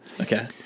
Okay